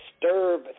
disturb